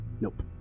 nope